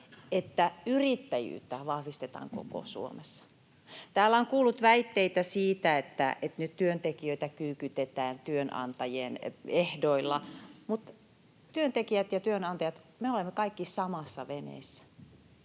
että yrittäjyyttä vahvistetaan koko Suomessa. Täällä on kuullut väitteitä siitä, että nyt työntekijöitä kyykytetään työnantajien ehdoilla, mutta työntekijät ja työnantajat, me kaikki olemme samassa veneessä.